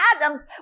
Adams